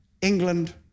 England